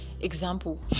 example